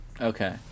Okay